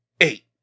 Eight